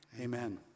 amen